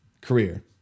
career